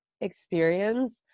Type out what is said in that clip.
experience